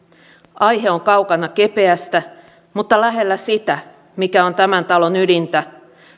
aihe on kaukana kepeästä mutta lähellä sitä mikä on tämän talon ydintä